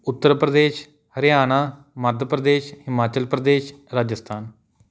Uttar Pradesh Haryana Madhya Pradesh Himachal Pradesh Rajasthan